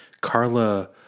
Carla